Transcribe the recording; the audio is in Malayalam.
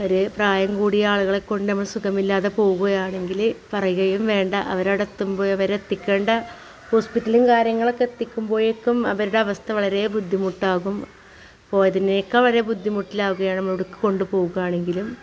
ഒരു പ്രായം കൂടിയ ആളുകളെക്കൊണ്ട് നമ്മൾ സുഖമില്ലാതെ പോവുകയാണെങ്കിൽ പറയുകയും വേണ്ട അവർ അവിടെ എത്തുമ്പം അവരെ എത്തിക്കേണ്ട ഹോസ്പിറ്റലും കാര്യങ്ങളൊക്കെ എത്തിക്കുമ്പോഴേക്കും അവരുടെ അവസ്ഥ വളരെ ബുദ്ധിമുട്ടാകും പോയതിനേക്കാൾ അവരെ ബുദ്ധിമുട്ടിലാകുവാണ് നമ്മൾ അവിടേക്ക് കൊണ്ടുപോവുകയാണെങ്കിലും